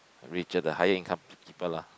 richer the higher income the cheaper lah